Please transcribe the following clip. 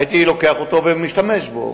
הייתי לוקח אותו ומשתמש בו.